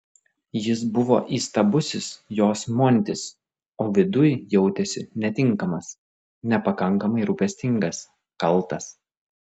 jis buvo įstabusis jos montis o viduj jautėsi netinkamas nepakankamai rūpestingas kaltas